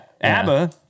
ABBA